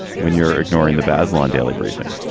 when you're ignoring the basilone daily briefing,